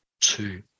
two